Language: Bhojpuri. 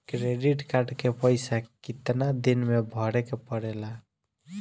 क्रेडिट कार्ड के पइसा कितना दिन में भरे के पड़ेला?